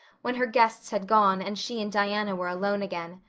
when her guests had gone and she and diana were alone again.